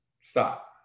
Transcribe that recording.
stop